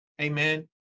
Amen